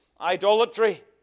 idolatry